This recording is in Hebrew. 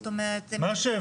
זאת אומרת, הם, מבחינתם, מה 7?